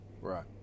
Right